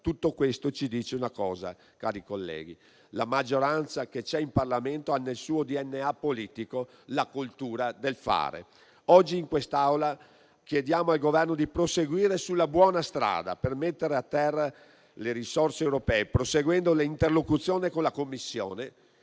tutto questo ci dice una cosa, cari colleghi: la maggioranza che c'è in Parlamento ha nel suo DNA politico la cultura del fare. Oggi, in quest'Aula, chiediamo al Governo di proseguire sulla buona strada, per mettere a terra le risorse europee, proseguendo le interlocuzioni con la Commissione